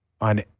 on